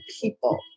people